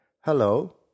Hello